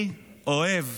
אני אוהב